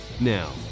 Now